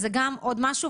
זה גם עוד משהו,